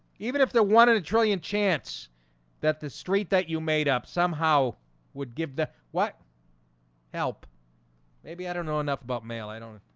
even if they wanted a trillion chance that the street that you made up somehow would give the what help maybe. i don't know enough about mail. i don't